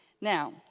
Now